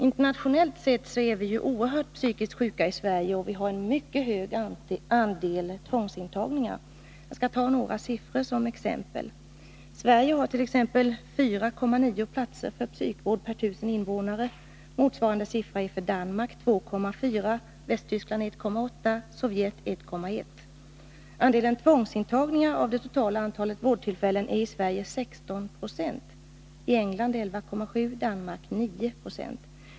Internationellt sett är vi i Sverige oerhört mycket psykiskt sjuka, och vi har en mycket hög andel tvångsintagningar. Vi kan ta några siffror som exempel: Sverige har 4,9 platser för psykvård per 1 000 invånare. Motsvarande siffra är för Danmark 2,4, för Västtyskland 1,8, för Sovjet 1,1.